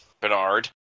Bernard